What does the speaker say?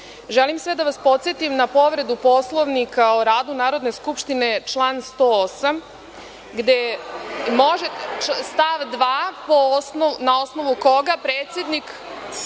želim sve da vas podsetim na povredu Poslovnika o radu Narodne skupštine član 108. stav 2. na osnovu koga predsednik